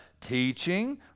Teaching